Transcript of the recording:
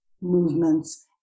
movements